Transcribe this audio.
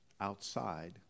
outside